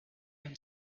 and